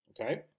okay